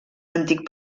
antic